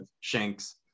Shanks